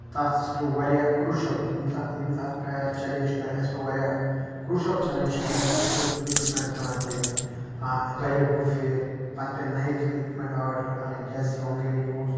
تَتھ سُہ پیوٚو واریاہ کروٗشَل یِم تَتھ یِم تَتھ اَسہِ چیلینج کٔر اَسہِ پیوٚو واریاہ کروٗشَل چیلینج کَرٕنۍ اَسہِ اوس نہٕ تِم ایٚکوِپمینٹَٔس بَنان کِہیٖنۍ دۄیہِ لَٹہِ گوٚو فیل پَتہٕ پیٚیہِ نَیہِ تِم اِکوِپمینٹ آرڈر اَنٕنۍ کیازِ کہِ ہُم گے نہٕ یوٗز